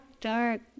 dark